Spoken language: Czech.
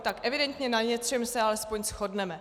Tak evidentně na něčem se alespoň shodneme.